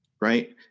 right